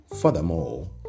Furthermore